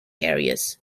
areas